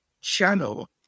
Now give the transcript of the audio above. channel